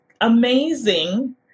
amazing